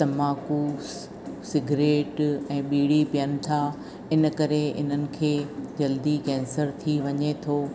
तंबाकूस cigarette ऐं बीड़ी पीअन था इन करे इन्हनि खे जल्दी कैंसर थी वञे थो